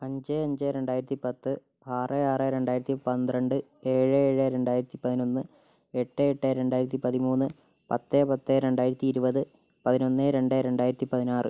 അഞ്ച് അഞ്ച് രണ്ടായിരത്തി പത്ത് ആറ് ആറ് രണ്ടായിരത്തി പന്ത്രണ്ട് ഏഴ് ഏഴ് രണ്ടായിരത്തി പതിനൊന്ന് എട്ട് എട്ട് രണ്ടായിരത്തി പതിമൂന്ന് പത്ത് പത്ത് രണ്ടായിരത്തി ഇരുപത് പതിനൊന്ന് രണ്ട് രണ്ടായിരത്തി പതിനാറ്